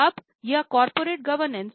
अब ये corporate governance